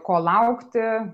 ko laukti